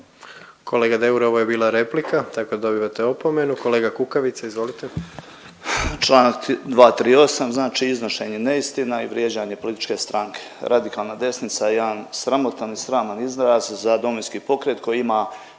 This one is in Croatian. Kolega Deur ovo je bila replika tako da dobivate opomenu. Kolega Kukavica izvolite. **Kukavica, Ivica (DP)** Čl. 238., znači iznošenje neistina i vrijeđanje političke stranke. Radikalna desnica je jedan sramotan i sraman izraz za DP koji ima